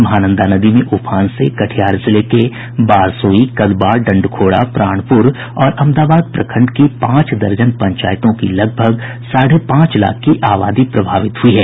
महानंदा नदी में उफान से कटिहार जिले के बारसोई कदवां डंडखोरा प्राणपूर और अमदाबाद प्रखंड की पांच दर्जन पंचायतों की लगभग साढ़े पांच लाख की आबादी प्रभावित हुई है